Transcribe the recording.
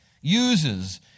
uses